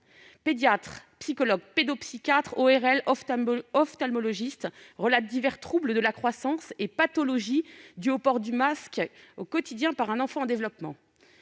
Pédiatres, psychologues, pédopsychiatres, ORL, ophtalmologistes relatent divers troubles de la croissance et pathologies dus au port quotidien du masque par un enfant en développement.